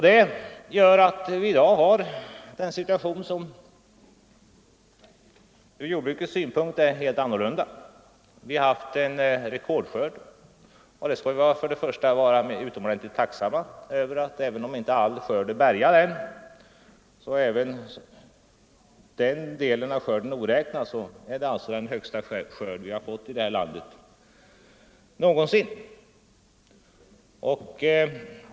Detta gör att vi i dag har en situation som ur jordbrukets synpunkt är helt annorlunda. Vi har haft en rekordskörd, och det skall vi vara utomordentligt tacksamma för. En del av skörden är inte bärgad än, men även den delen oräknad är det den största skörd vi har fått i det här landet någonsin.